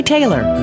Taylor